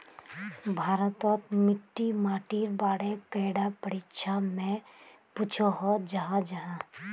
भारत तोत मिट्टी माटिर बारे कैडा परीक्षा में पुछोहो जाहा जाहा?